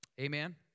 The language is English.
Amen